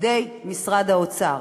בידי משרד האוצר.